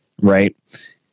right